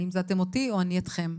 האם זה אתם אותי או אני אתכם.